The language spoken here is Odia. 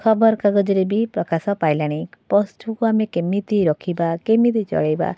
ଖବରକାଗଜରେ ବି ପ୍ରକାଶ ପାଇଲାଣି ପଶୁକୁ ଆମେ କେମିତି ରଖିବା କେମିତି ଚଳାଇବା